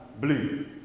blue